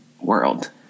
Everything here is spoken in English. world